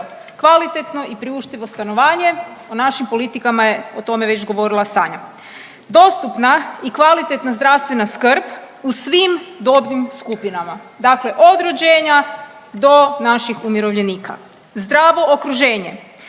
kvalitetno i priuštivo stanovanje o našim politikama je o tome već govorila Sanja. Dostupna i kvalitetna zdravstvena skrb u svim dobnim skupinama, dakle od rođenja do naših umirovljenika. Zdravo okruženje.